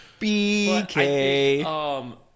BK